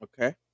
Okay